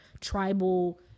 tribal